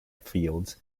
fields